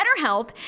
BetterHelp